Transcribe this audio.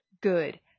good